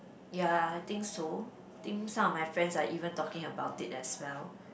ya I think so think some of my friends are even talking about it as well